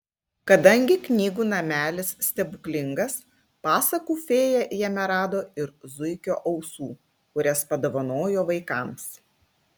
kadangi knygų namelis stebuklingas pasakų fėja jame rado ir zuikio ausų kurias padovanojo vaikams